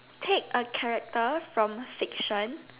take a character from fiction